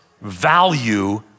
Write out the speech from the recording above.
value